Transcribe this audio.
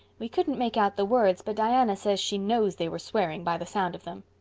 we couldn't make out the words but diana says she knows they were swearing by the sound of them.